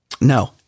No